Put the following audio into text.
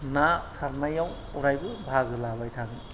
ना सारनायाव अरायबो बाहागो लाबाय थागोन